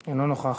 אינו נוכח.